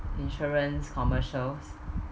insurance commercials